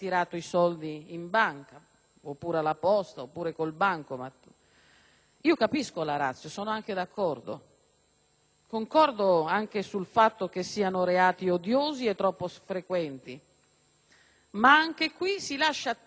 Capisco la *ratio* e sono anche d'accordo*.* Concordo pure sul fatto che siano reati odiosi e troppo frequenti. Ma, anche qui, si lascia tutto all'efficacia dissuasiva di una minaccia di pena severa e basta.